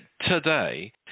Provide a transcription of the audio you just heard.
today